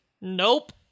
Nope